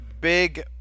big